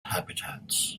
habitats